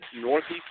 Northeast